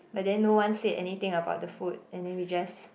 but then no one said anything about the food and then we just